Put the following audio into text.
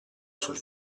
sul